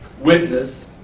witness